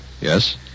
Yes